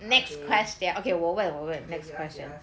okay okay you ask you ask